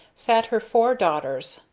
sat her four daughters,